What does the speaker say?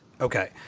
Okay